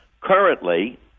Currently